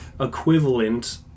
equivalent